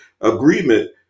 agreement